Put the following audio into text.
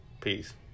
Peace